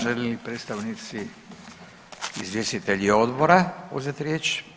Žele li predstavnici, izvjestitelji odbora uzeti riječ?